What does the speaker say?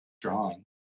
drawing